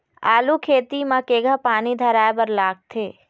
आलू खेती म केघा पानी धराए बर लागथे?